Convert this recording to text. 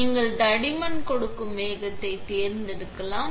நீங்கள் தடிமன் கொடுக்கும் வேகத்தை தேர்ந்தெடுக்கலாம்